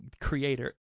creator